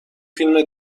فیلم